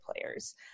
players